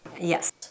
Yes